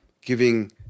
giving